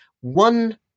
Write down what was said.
One